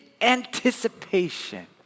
anticipation